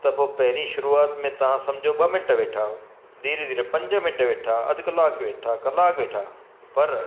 त पोइ पहिरीं शुरूआत में तव्हां समुझो ॿ मिंट वेठा धीरे धीरे पंज मिंट वेठा अधु कलाकु वेठा कलाकु वेठा पर